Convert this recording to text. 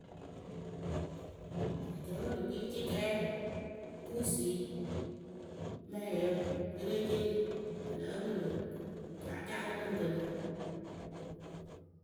Akɛɛpǝ pɨ kpii cɩkɛɛ pusui mɛyǝ perecee pɨ lǝ́ pɨlɨ pɨ láa caalɨ pɨŋ pɨlɨ.